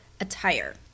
attire